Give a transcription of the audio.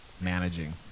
managing